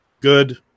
good